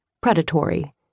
predatory